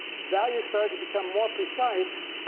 values started to become more precise